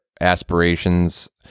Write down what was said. aspirations